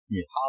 Yes